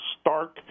stark